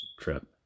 trip